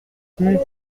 rue